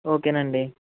ఓకేనండి